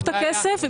הכסף,